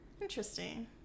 interesting